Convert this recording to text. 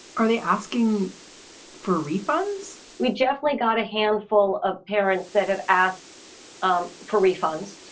are they asking for refunds? we definitely got a handful of parents that have asked um for refunds.